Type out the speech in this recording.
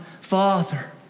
Father